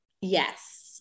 Yes